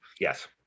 Yes